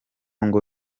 ngo